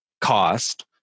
cost